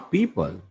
people